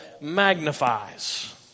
magnifies